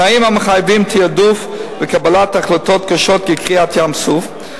תנאים המחייבים תעדוף וקבלת החלטות קשות כקריעת ים-סוף.